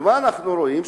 ומה אנחנו רואים?